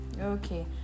okay